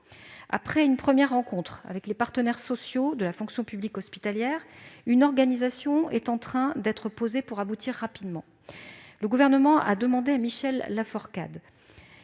Après une première rencontre avec les partenaires sociaux de la fonction publique hospitalière, une organisation est en train d'être posée pour aboutir rapidement. Le Gouvernement a demandé à Michel Laforcade,